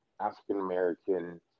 African-American